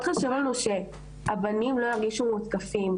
מאוד חשוב לנו שהבנים לא ירגישו מותקפים,